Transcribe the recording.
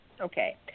Okay